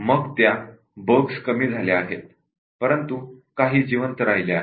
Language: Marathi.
मग त्या बग्स कमी झाल्या आहेत परंतु काही जिवंत राहिल्या आहेत